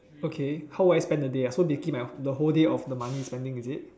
okay how will I spend the day ah so basically my the whole day of the money is spending is it